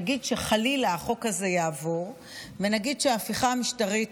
נגיד שחלילה החוק הזה יעבור ונגיד שההפיכה המשטרית